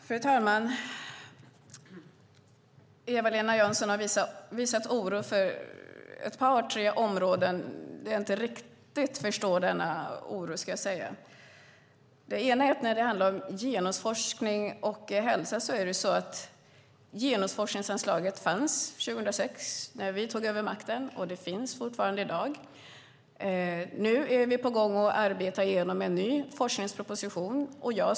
Fru talman! Eva-Lena Jansson har uttryckt oro för ett par tre områden där jag inte riktigt förstår hennes oro. Genusforskningsanslaget fanns 2006, när vi tog över makten, och det finns fortfarande. Vi arbetar nu igenom en ny forskningsproposition.